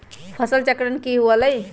फसल चक्रण की हुआ लाई?